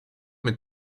mit